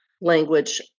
language